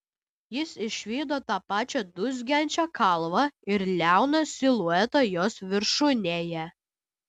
jis išvydo tą pačią dūzgiančią kalvą ir liauną siluetą jos viršūnėje